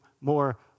more